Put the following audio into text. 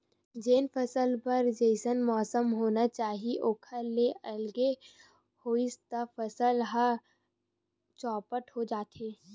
जेन फसल बर जइसन मउसम होना चाही ओखर ले अलगे होइस त फसल ह चउपट हो जाथे